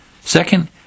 Second